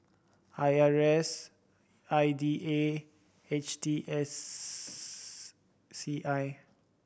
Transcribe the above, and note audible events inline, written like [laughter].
I R A S I D A and H T S [unintelligible] C I